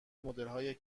مدلهای